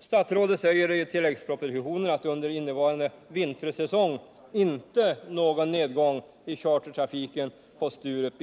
Statsrådet säger i tilläggspropositionen att det under innevarande vintersäsong inte inträffat någon nedgång i chartertrafiken på Sturup.